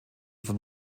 von